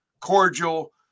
cordial